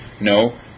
No